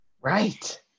Right